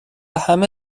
همه